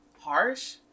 harsh